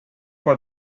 for